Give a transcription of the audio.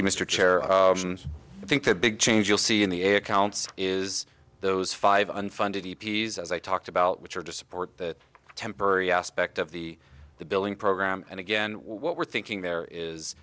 you mr chair i think the big change you'll see in the area counts is those five unfunded d p s as i talked about which are to support that temporary aspect of the the billing program and again what we're thinking there is